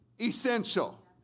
essential